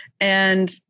and-